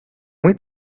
muy